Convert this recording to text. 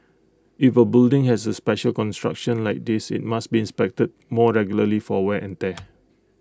if A building has A special construction like this IT must be inspected more regularly for wear and tear